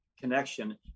connection